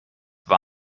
war